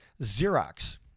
Xerox